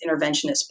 interventionist